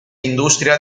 industria